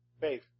faith